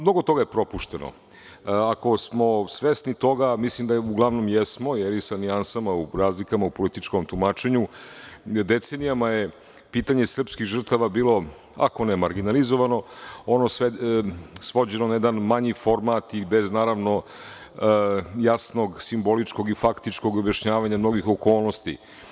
Mnogo toga je propušteno, ako smo svesni, a mislim da uglavnom jesmo, sa nijansama u razlikama političkog tumačenja, decenijama je pitanje srpskih žrtava bilo, ako ne marginalizovano, ono svođeno na jedan manji format i bez, naravno, jasnog simboličkog i faktičkog objašnjavanja mnogih okolnosti.